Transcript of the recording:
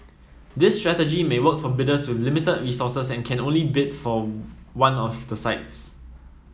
this strategy may work for bidders with limited resources and can only bid for one of the sites